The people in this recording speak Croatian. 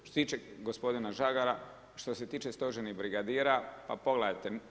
Što se tiče gospodina Žagara, što se tiče stožernih brigadira pa pogledajte.